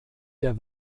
der